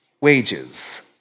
wages